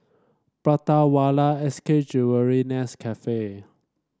Prata Wala S K Jewellery Nescafe